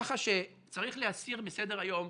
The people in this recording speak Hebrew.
כך שצריך להסיר מסדר-היום.